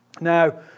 Now